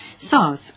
SARS